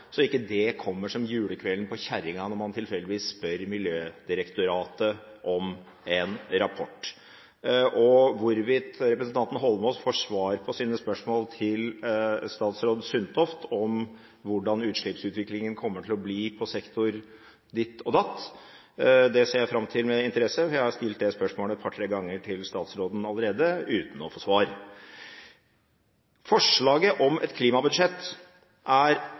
så ikke det kommer som julekvelden på kjerringa når man tilfeldigvis spør Miljødirektoratet om en rapport. Hvorvidt representanten Eidsvoll Holmås får svar på sine spørsmål til statsråd Sundtoft om hvordan utslippsutviklingen kommer til å bli på sektor ditt og sektor datt, ser jeg fram til med interesse. Jeg har stilt det spørsmålet et par–tre ganger til statsråden allerede, uten å få svar. Forslaget om et klimabudsjett er